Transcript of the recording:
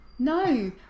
No